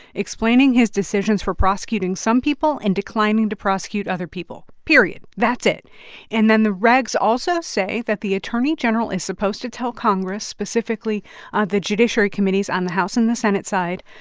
explaining his decisions for prosecuting some people and declining to prosecute other people, period. that's it and then the regs also say that the attorney general is supposed to tell congress, specifically ah the judiciary committees on the house and the senate side,